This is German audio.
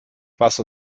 was